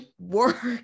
work